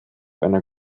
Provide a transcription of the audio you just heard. einer